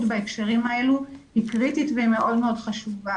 בהקשרים האלה היא קריטית והיא מאוד מאוד חשובה,